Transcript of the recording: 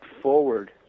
forward